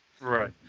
right